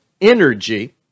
energy